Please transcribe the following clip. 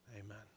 Amen